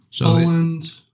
Poland